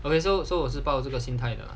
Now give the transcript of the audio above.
okay so so 我是抱这个心态的